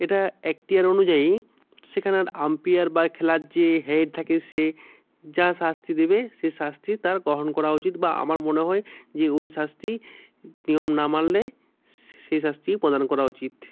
এটা এক্তিয়ার অনুযায়ী সেখানের আম্পেয়ার বা খেলার যে হেড থাকে সে যা শাস্তি দেবে সেই শাস্তি তার গ্রহণ করা উচিত বা আমার মনে হয় যে ওই শাস্তি কেউ না মানলে সেই শাস্তিই প্রদান করা উচিত